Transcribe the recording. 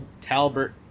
Talbert